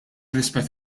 rispett